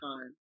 time